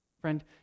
Friend